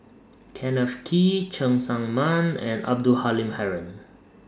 Kenneth Kee Cheng Tsang Man and Abdul Halim Haron